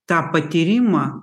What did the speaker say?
tą patyrimą